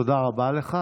תודה רבה לך.